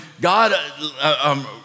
God